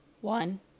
one